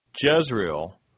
Jezreel